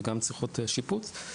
שגם צריכות שיפוץ.